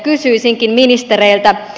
kysyisinkin ministereiltä